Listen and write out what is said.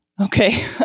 Okay